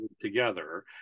together